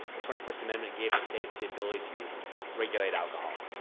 the twenty first amendment gave the states the ability to regulate alcohol.